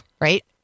right